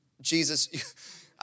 Jesus